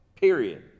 period